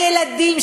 גני-ילדים,